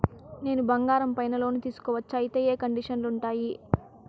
నేను బంగారం పైన లోను తీసుకోవచ్చా? అయితే ఏ కండిషన్లు ఉంటాయి?